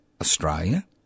Australia